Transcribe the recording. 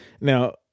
Now